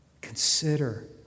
consider